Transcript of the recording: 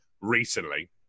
recently